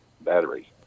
battery